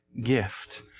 gift